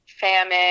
famine –